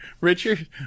Richard